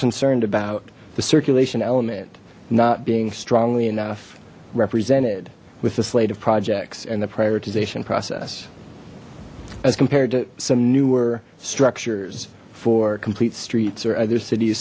concerned about the circulation element not being strongly enough represented with the slate of projects and the prioritization process as compared to some newer structures for complete streets or other cities